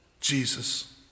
Jesus